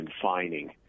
confining